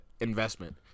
investment